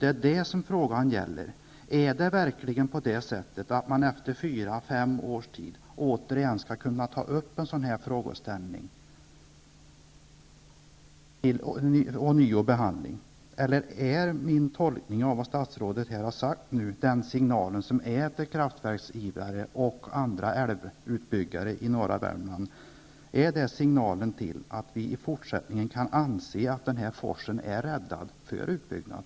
Det är detta som frågan gäller: Är det verkligen så att man efter fyra fem års tid ånyo skall kunna föra upp en sådan här frågeställning till behandling? Eller är min tolkning av vad statsrådet sagt riktig, så att det får anses vara en sådan signal till kraftverksivrare och andra älvutbyggare i norra Värmland, att vi kan anse att forsen i fortsättningen är räddad och att det inte blir någon utbyggnad?